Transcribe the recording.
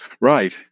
Right